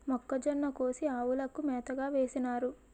మొక్కజొన్న కోసి ఆవులకు మేతగా వేసినారు